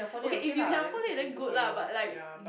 okay if you can afford it then good lah but like